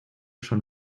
schon